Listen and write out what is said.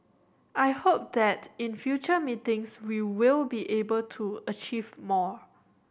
I hope that in future meetings we will be able to achieve more